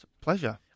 Pleasure